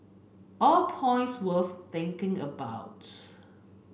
all points worth thinking about